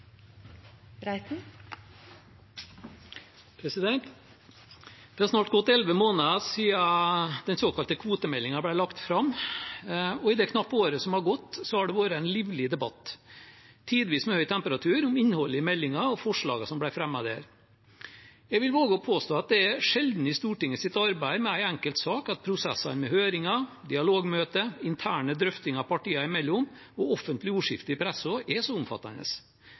i det knappe året som har gått, har det vært en livlig debatt, tidvis med høy temperatur, om innholdet i meldingen og forslagene som ble fremmet der. Jeg vil våge å påstå at det er sjelden i Stortingets arbeid med en enkeltsak at prosesser med høringer, dialogmøter, interne drøftinger partiene imellom og offentlig ordskifte i pressen er så omfattende.